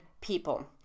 people